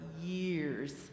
years